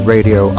Radio